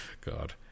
God